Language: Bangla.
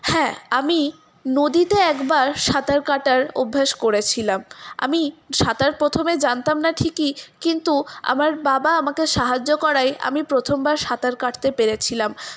হ্যাঁ আমি নদীতে একবার সাঁতার কাটার অভ্যাস করেছিলাম আমি সাঁতার প্রথমে জানতাম না ঠিকই কিন্তু আমার বাবা আমাকে সাহায্য করায় আমি প্রথমবার সাঁতার কাটতে পেরেছিলাম